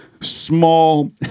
small